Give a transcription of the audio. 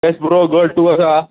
येस bro good तूं कसो आसा